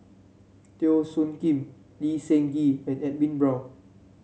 Teo Soon Kim Lee Seng Gee and Edwin Brown